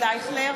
אייכלר,